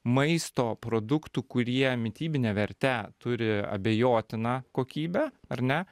maisto produktų kurie mitybine verte turi abejotiną kokybę ar ne